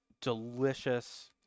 delicious